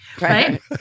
right